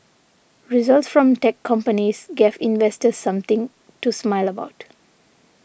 results from tech companies gave investors something to smile about